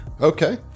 Okay